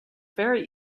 very